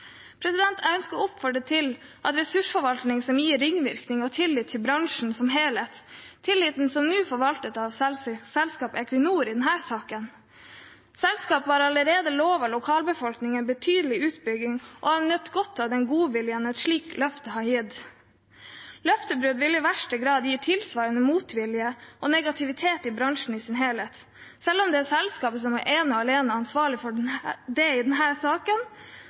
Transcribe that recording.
Jeg ønsker å oppfordre til en ressursforvaltning som gir ringvirkninger og tillit til bransjen som helhet. Tilliten er forvaltet av selskapet Equinor i denne saken. Selskapet har allerede lovet lokalbefolkningen en betydelig utbygging og har nytt godt av den godviljen et slikt løfte har gitt. Løftebrudd vil i sterk grad gi tilsvarende motvilje og negativitet til bransjen i sin helhet. Selv om det er selskapet som ene og alene har ansvaret i denne saken, er det i